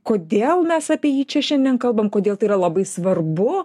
kodėl mes apie jį čia šiandien kalbam kodėl tai yra labai svarbu